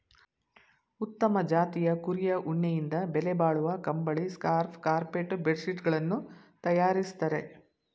ಉತ್ತಮ ಜಾತಿಯ ಕುರಿಯ ಉಣ್ಣೆಯಿಂದ ಬೆಲೆಬಾಳುವ ಕಂಬಳಿ, ಸ್ಕಾರ್ಫ್ ಕಾರ್ಪೆಟ್ ಬೆಡ್ ಶೀಟ್ ಗಳನ್ನು ತರಯಾರಿಸ್ತರೆ